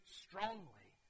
strongly